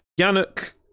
Yannick